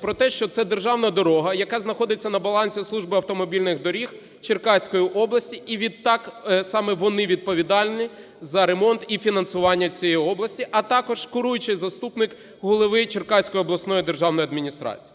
про те, що це державна дорога, яка знаходиться на балансі Служби автомобільних доріг Черкаської області, і відтак саме вони відповідальні за ремонт і фінансування цієї області, а також куруючий заступник голови Черкаської обласної державної адміністрації.